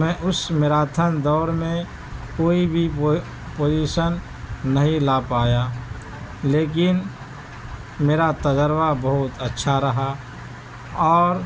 میں اس میراتھن دوڑ میں کوئی بھی پوزیشن نہیں لا پایا لیکن میرا تجربہ بہت اچھا رہا اور